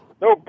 No